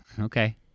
Okay